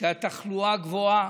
כשהתחלואה גבוהה,